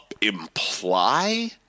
imply